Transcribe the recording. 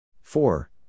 Four